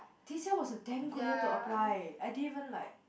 this year was a damn good year to apply I didn't even like